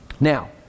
Now